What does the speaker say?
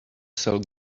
cell